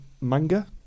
Manga